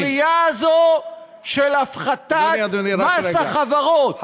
תראו את השערורייה הזו של הפחתת מס החברות.